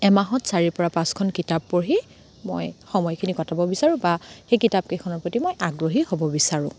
এমাহত চাৰিৰ পৰা পাঁচখন কিতাপ পঢ়ি মই সময়খিনি কটাব বিচাৰোঁ বা সেই কিতাপকেইখনৰ প্ৰতি মই আগ্ৰহী হ'ব বিচাৰোঁ